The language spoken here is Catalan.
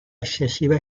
excessiva